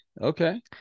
okay